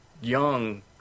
young